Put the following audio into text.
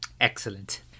Excellent